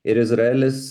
ir izraelis